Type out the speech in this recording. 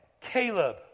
caleb